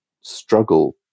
struggle